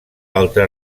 altra